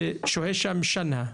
ושוהה שם שנה,